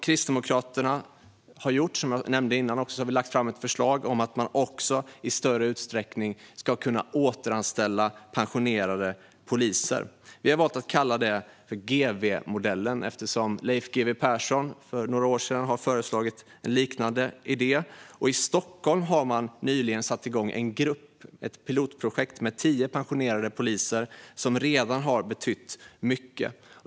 Kristdemokraterna har, som jag nämnde tidigare, lagt fram ett förslag om att man i större utsträckning ska kunna återanställa pensionerade poliser. Vi har valt att kalla det för GW-modellen, eftersom Leif GW Persson för några år sedan kom med en liknande idé. I Stockholm har man nyligen satt igång ett pilotprojekt med tio pensionerade poliser, som redan har betytt mycket.